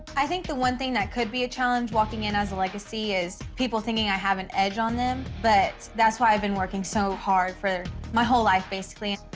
i think the one thing that could be a challenge walking in as a legacy is, people thinking i have an edge on them but that's why i've been working so hard for my whole life basically.